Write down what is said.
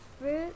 fruit